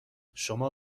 شما